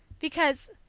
because,